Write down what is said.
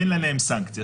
אין עליהן סנקציה.